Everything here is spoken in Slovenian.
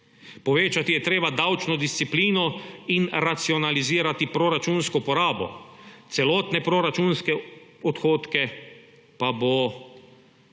Povečati je treba davčno disciplino in racionalizirati proračunsko porabo, celotne proračunske odhodke pa bo